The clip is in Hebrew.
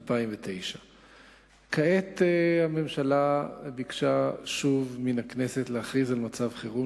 2009. כעת ביקשה הממשלה שוב מן הכנסת להכריז על מצב חירום,